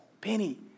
Penny